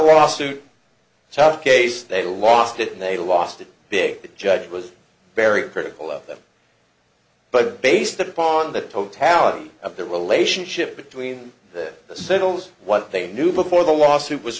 lawsuit tough case they lost it and they lost it the judge was very critical of them but based upon the totality of the relationship between that settles what they knew before the lawsuit was